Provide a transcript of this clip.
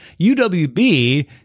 UWB